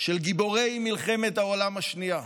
של גיבורי מלחמת העולם השנייה,